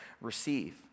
receive